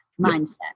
mindset